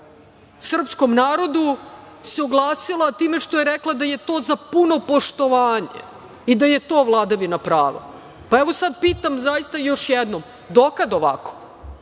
srpskom narodu se oglasila time što je rekla da je to za puno poštovanje i da je to vladavina prava. Pa, evo sad pitam zaista još jednom – do kada ovako?